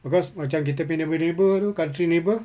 because macam kita punya neighbour neighbour itu country neighbour